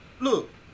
Look